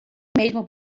mesmo